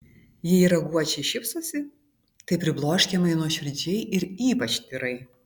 jei raguočiai šypsosi tai pribloškiamai nuoširdžiai ir ypač tyrai